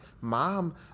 Mom